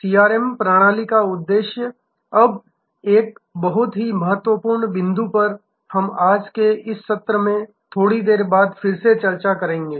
CRM प्रणाली का उद्देश्य अब एक बहुत ही महत्वपूर्ण बिंदु पर हम आज के सत्र में थोड़ी देर बाद फिर से चर्चा करेंगे